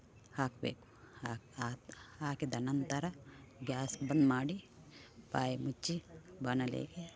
ಹಾಕಬೇಕು ಹಾಕಿದ ನಂತರ ಗ್ಯಾಸ್ ಬಂದ್ ಮಾಡಿ ಬಾಯ್ಮುಚ್ಚಿ ಬಾಣಲೆಗೆ